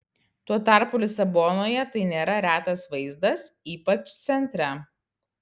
tuo tarpu lisabonoje tai nėra retas vaizdas ypač centre